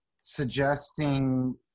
suggesting